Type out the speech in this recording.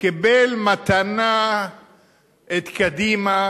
קיבל מתנה את קדימה